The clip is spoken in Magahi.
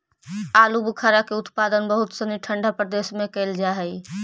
आलूबुखारा के उत्पादन बहुत सनी ठंडा प्रदेश में कैल जा हइ